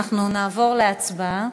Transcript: אנחנו נעבור להצבעה.